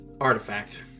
artifact